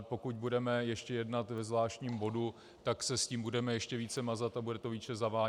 Pokud budeme ještě jednat ve zvláštním bodu, tak se s tím budeme ještě více mazat a bude to více zavánět.